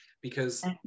Because-